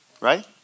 Right